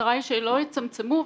המטרה היא שלא יצמצמו.